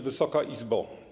Wysoka Izbo!